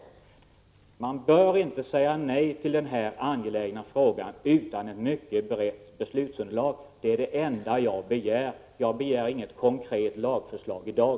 Justitieministern bör inte säga nej till denna angelägna åtgärd utan ett mycket brett beslutsunderlag. Det är det enda jag begär — jag begär inget konkret lagförslag i dag.